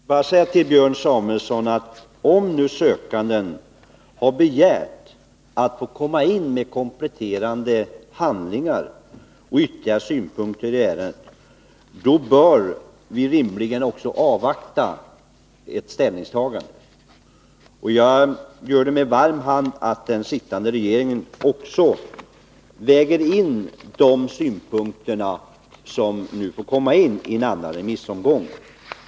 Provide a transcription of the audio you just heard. Herr talman! Låt mig helt kort få säga till Björn Samuelson, att om nu sökanden har begärt att få inkomma med kompletterande handlingar och ytterligare synpunkter i ärendet, då bör vi rimligen också avvakta med ett ställningstagande. Jag överlåter med varm hand åt den sittande regeringen att väga in de synpunkter som kommer in i en andra remissomgång.